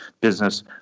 business